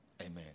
Amen